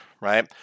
right